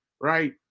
right